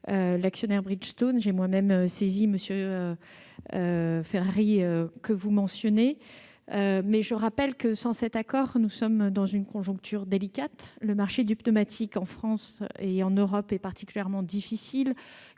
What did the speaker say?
l'actionnaire Bridgestone. J'ai moi-même saisi M. Ferrari, que vous avez évoqué. Sans cet accord, nous sommes dans une conjoncture délicate. Le marché du pneumatique en France et en Europe est particulièrement difficile